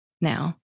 now